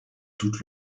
toute